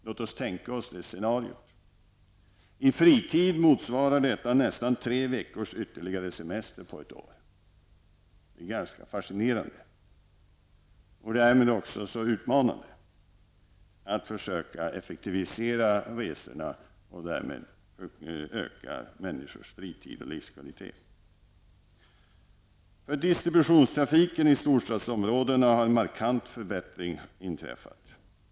Låt oss tänka oss detta scenario. I fritid motsvarar det nästan tre veckors ytterligare semester per år! Det är ganska fascinerande. Det är också utmanande att försöka effektivisera resorna och därmed öka människornas fritid och livskvalitet. För distributionstrafiken i storstadsområdena har en markant förbättring inträffat.